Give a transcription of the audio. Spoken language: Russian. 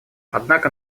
однако